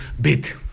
bit